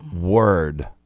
word